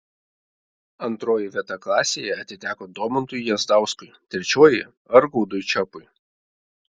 antroji vieta klasėje atiteko domantui jazdauskui trečioji argaudui čepui